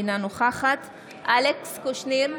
אינה נוכחת אלכס קושניר,